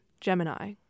Gemini